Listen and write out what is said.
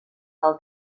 del